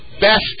best